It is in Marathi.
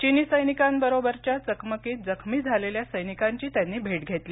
चीनी सैनिकांशी चकमकीत जखमी झालेल्या सैनिकांची त्यांनी भेट घेतली